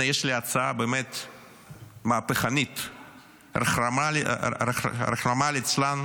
הינה, יש לי הצעה באמת מהפכנית, רחמנא ליצלן,